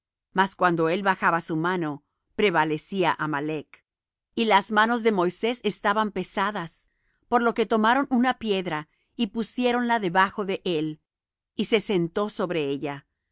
mas cuando él bajaba su mano prevalecía amalec y las manos de moisés estaban pesadas por lo que tomaron una piedra y pusiéronla debajo de él y se sentó sobre ella